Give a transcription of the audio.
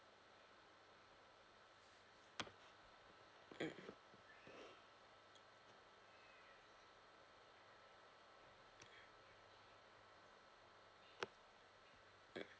mm mm